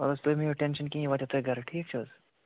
وَلہٕ حظ تُہۍ مہٕ ہیٚیِو ٹٮ۪نشن کِہیٖنۍ وٲتِو تُہۍ گَرٕ ٹھیٖک چھِ حظ